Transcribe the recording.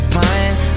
pine